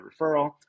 referral